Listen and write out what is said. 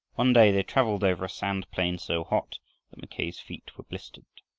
one day they traveled over a sand plain so hot that mackay's feet were blistered.